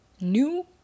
new